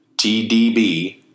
TDB